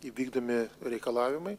įvykdomi reikalavimai